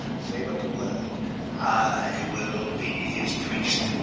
say but the word, and i will be his priest